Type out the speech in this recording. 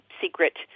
secret